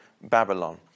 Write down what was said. Babylon